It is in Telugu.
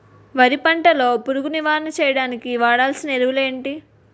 వరి పంట లో పురుగు నివారణ చేయడానికి వాడాల్సిన ఎరువులు ఏంటి?